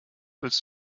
willst